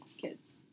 kids